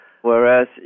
whereas